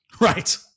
Right